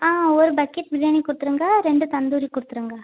ஆ ஒரு பக்கெட் பிரியாணி கொடுத்துருங்க ரெண்டு தந்தூரி கொடுத்துருங்க